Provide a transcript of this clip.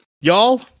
Y'all